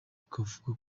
bikavugwa